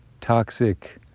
toxic